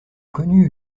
connu